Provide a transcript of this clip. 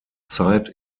zeit